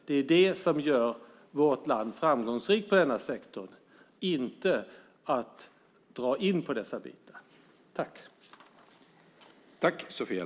Det är det som gör vårt land framgångsrikt i denna sektor, inte att dra in på detta.